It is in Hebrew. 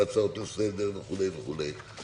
על ההצעות לסדר-היום וכו' וכו',